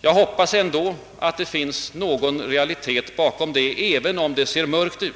jag hoppas ändå att det finns någon realitet bakom det, även om det ser mörkt ut.